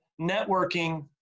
networking